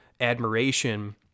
admiration